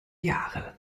jahre